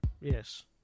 Yes